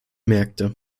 märkte